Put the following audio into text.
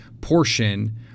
portion